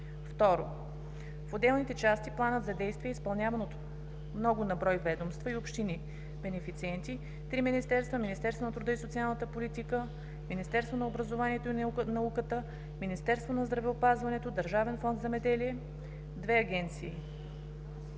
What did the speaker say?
лв. 2. В отделните части Планът за действие е изпълняван от много на брой ведомства и общини бенефициенти: три министерства – Министерство на труда и социалната политика, Министерство на образованието и науката и Министерство на здравеопазването; Държавен фонд „Земеделие“; две агенции